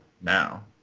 now